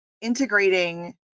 integrating